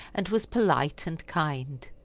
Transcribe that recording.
and was polite and kind.